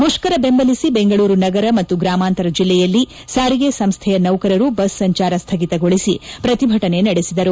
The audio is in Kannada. ಮುಷ್ಕರ ಬೆಂಬಲಿಸಿ ಬೆಂಗಳೂರು ನಗರ ಮತ್ತು ಗ್ರಾಮಾಂತರ ಜಿಲ್ಲೆಯಲ್ಲಿ ಸಾರಿಗೆ ಸಂಸ್ಥೆಯ ನೌಕರರು ಬಸ್ ಸಂಚಾರ ಸ್ವಗಿತಗೊಳಿಸಿ ಪ್ರತಿಭಟನೆ ನಡೆಸಿದರು